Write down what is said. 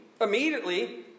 immediately